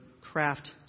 craft